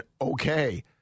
okay